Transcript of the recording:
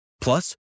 Plus